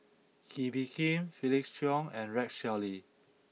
Kee Bee Khim Felix Cheong and Rex Shelley